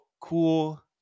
cool